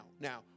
Now